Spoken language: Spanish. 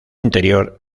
interior